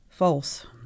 False